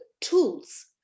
tools